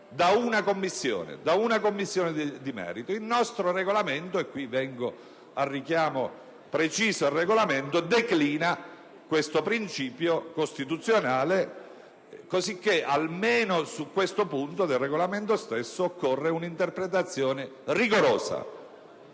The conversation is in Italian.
da una Commissione di merito. Il nostro Regolamento - e qui vengo al preciso richiamo regolamentare - declina questo principio costituzionale, cosicché almeno su questo punto del Regolamento occorre adottare un'interpretazione rigorosa.